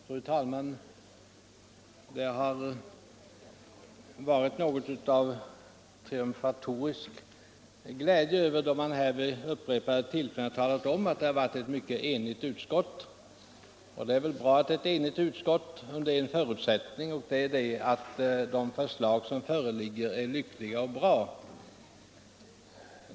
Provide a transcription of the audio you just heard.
Fru talman! Det har legat något av en triumfatorisk glädje över de upprepade konstaterandena att det här föreligger ett enhälligt utskottsbetänkande. Det är naturligtvis bra att utskottet är enigt, under den förutsättningen att de förslag som föreligger är bra.